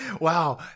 wow